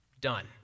Done